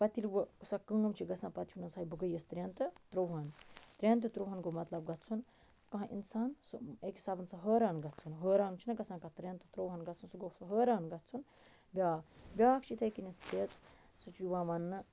پتہٕ ییٚلہِ وٕ سا کٲم چھِ گَژھان پتہٕ چھُ وَنان سُہ ہَے بہٕ گٔیاس ترٛٮ۪ن تہٕ تُرہن ترٛٮ۪ن تہٕ تُرہن مطلب گوٚو گَژھن کانٛہہ اِنسان سُہ اَکہِ حِسابن سُہ حٲران گَژھن حٲران چھُنَہ گَژھان کانٛہہ ترٛٮ۪ن تہٕ تُرہن گَژھن سُہ گوٚو سُہ حٲران گَژھن بیٛاکھ بیٛاکھ چھِ اِتھَے کٔنٮ۪تھ پٔریژ سُہ چھُ یِوان ونٛنہٕ